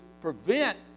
prevent